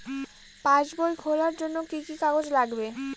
পাসবই খোলার জন্য কি কি কাগজ লাগবে?